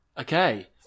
Okay